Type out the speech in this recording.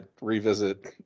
revisit